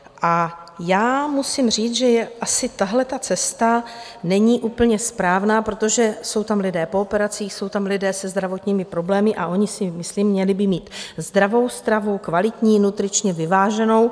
A já musím říct, že asi tahleta cesta není úplně správná, protože jsou tam lidé po operacích, jsou tam lidé se zdravotními problémy a oni by myslím měli mít zdravou stravu, kvalitní, nutričně vyváženou.